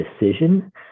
decision